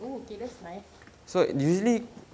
oh okay that is nice